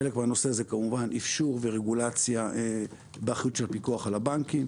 חלק מהנושא הזה כמובן אפשור ורגולציה באחריות של הפיקוח על הבנקים.